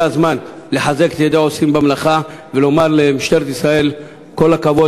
זה הזמן לחזק את ידי העושים במלאכה ולומר למשטרת ישראל: כל הכבוד,